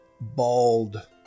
bald